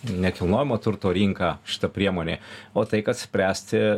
nekilnojamo turto rinką šita priemonė o tai kad spręsti